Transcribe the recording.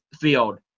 field